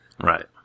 Right